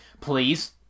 Please